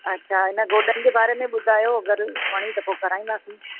अछा न गोॾनि जे बारे में ॿुधायो अगरि वणी त पोइ कराईंदासीं